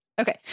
Okay